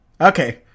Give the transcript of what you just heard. Okay